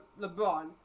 LeBron